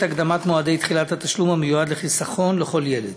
הקדמת מועדי תחילת התשלום המיועד לחיסכון לכל ילד.